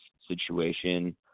situation